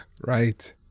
Right